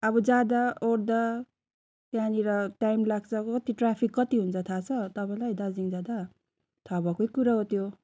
अब जाँदा ओर्दा त्यहाँनिर टाइम लाग्छ कति ट्राफिक कति हुन्छ थाहा छ तपाईँलाई दार्जिलिङ जाँदा थाहा भएकै कुरो हो त्यो